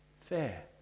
fair